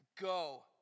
Go